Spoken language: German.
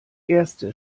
erste